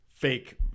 fake